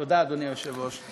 תודה, אדוני היושב-ראש.